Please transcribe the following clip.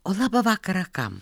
o labą vakarą kam